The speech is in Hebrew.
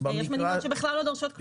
יש מדינות שבכלל לא דורשות כלום.